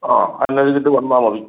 ആ അത് കഴിഞ്ഞിട്ട് വന്നാൽമതി